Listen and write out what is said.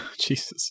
Jesus